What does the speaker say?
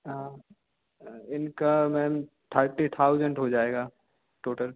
हाँ इनका ma'am thirty thousand हो जाएगा टोटल